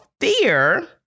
fear